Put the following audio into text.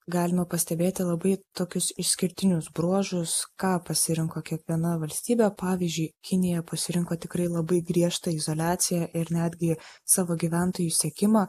galima pastebėti labai tokius išskirtinius bruožus ką pasirinko kiekviena valstybė pavyzdžiui kinija pasirinko tikrai labai griežtą izoliaciją ir netgi savo gyventojų sekimą